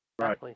Right